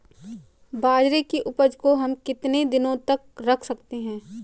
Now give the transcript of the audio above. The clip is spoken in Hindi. बाजरे की उपज को हम कितने दिनों तक रख सकते हैं?